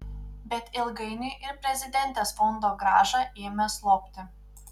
bet ilgainiui ir prezidentės fondogrąža ėmė slopti